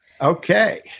Okay